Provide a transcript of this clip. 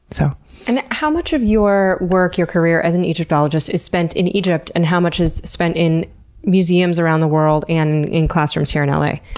so and how much of your work, your career as an egyptologist is spent in egypt, and how much is spent in museums around the world, and in classrooms here in la?